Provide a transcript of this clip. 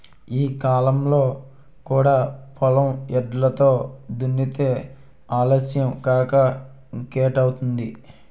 ఈ కాలంలో కూడా పొలం ఎడ్లతో దున్నితే ఆలస్యం కాక ఇంకేటౌద్ది?